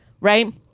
right